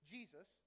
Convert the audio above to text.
Jesus